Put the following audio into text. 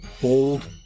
bold